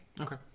Okay